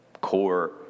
core